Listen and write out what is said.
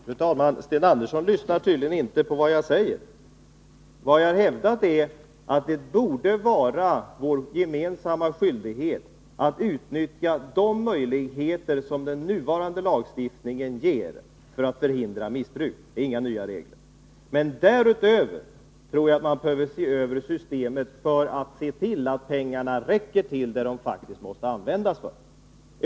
Fru talman! Sten Andersson lyssnar tydligen inte på vad jag säger. Vad jag har hävdat är att det borde vara vår gemensamma skyldighet att utnyttja de möjligheter som den nuvarande lagstiftningen ger för att förhindra missbruk. Det innebär inga nya regler. Men därutöver tror jag att man behöver se över systemet för att se till att pengarna räcker till vad de faktiskt måste användas för.